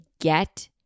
get